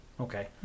Okay